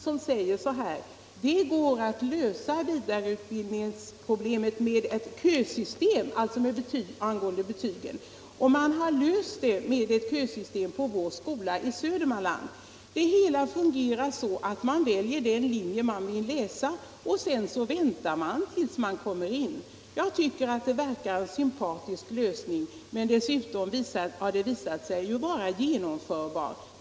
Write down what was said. Där står bl.a.: ”Det går att lösa” — alltså vidareutbildningsproblemet — ”med ett kösystem, och man har löst det med kösystem på en skola i Södermanland! Det hela fungerar så att man väljer den linje man vill läsa och sedan så väntar man tills man kommer in. Jag tycker det verkar vara en sympatisk lösning, som dessutom visat sig vara genomförbar.